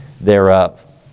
thereof